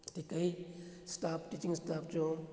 ਠੀਕ ਹੈ ਜੀ ਸਟਾਫ ਟੀਚਿੰਗ ਸਟਾਫ 'ਚੋਂ